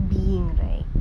being right